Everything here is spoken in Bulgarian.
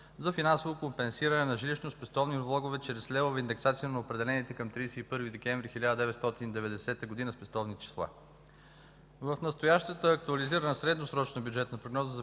за финансово компенсиране на жилищно-спестовни влогове чрез левова индексация на определените към 31 декември 1990 г. спестовни числа. В настоящата актуализирана средносрочна бюджетна прогноза за